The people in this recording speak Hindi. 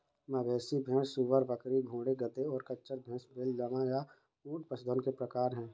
मवेशी, भेड़, सूअर, बकरी, घोड़े, गधे, और खच्चर, भैंस, बैल, लामा, या ऊंट पशुधन के प्रकार हैं